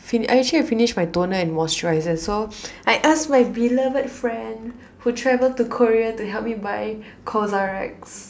fini~ actually I finish my toner and moisturizer so I ask my beloved friend who travelled to Korea to help me buy CosRX